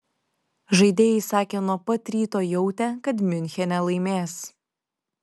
žaidėjai sakė nuo pat ryto jautę kad miunchene laimės